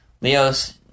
Leo's